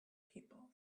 people